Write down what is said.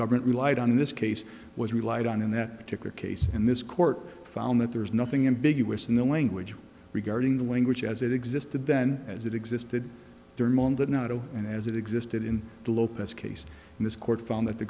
government relied on this case was relied on in that particular case and this court found that there was nothing in big us in the language regarding the language as it existed then as it existed but not all and as it existed in the lopez case and this court found that the